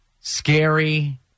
scary